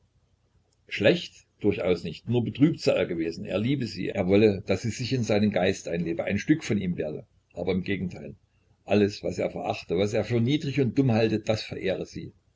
schlecht durchaus nicht nur betrübt sei er gewesen er liebe sie er wolle daß sie sich in seinen geist einlebe ein stück von ihm werde aber im gegenteil alles was er verachte was er für niedrig und dumm halte das verehre sie